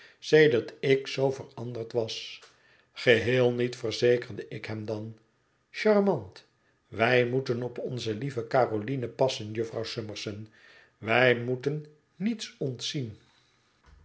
sedert ik zoo veranderd was geheel niet verzekerde ik hem dan charmant wij moeten op onze lieve caroline passen jufvrouw summerson wij moeten niets ontzien